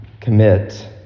commit